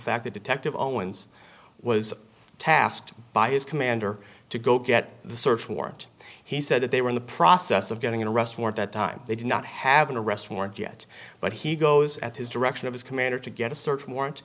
fact that detective owens was tasked by his commander to go get the search warrant he said that they were in the process of getting an arrest warrant that time they did not have an arrest warrant yet but he goes at his direction of his commander to get a search warrant